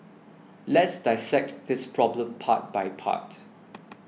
let's dissect this problem part by part